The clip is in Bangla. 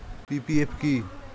পি.পি.এফ কি?